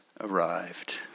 arrived